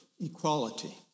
equality